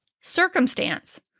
Circumstance